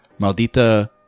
maldita